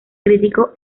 crítico